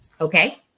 Okay